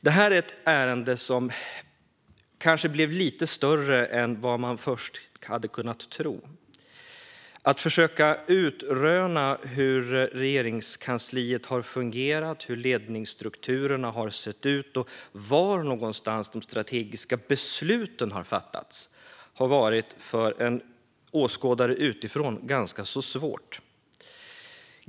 Det här är ett ärende som kanske blev lite större än vad man först hade kunnat tro. Att försöka utröna hur Regeringskansliet har fungerat, hur ledningsstrukturerna har sett ut och var de strategiska besluten har fattats har för en åskådare utifrån varit ganska svårt.